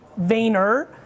Vayner